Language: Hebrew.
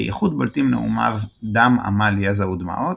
בייחוד בולטים נאומיו "דם, עמל, יזע ודמעות"